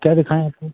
क्या दिखाएँ आपको